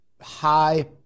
high